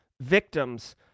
victims